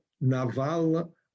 naval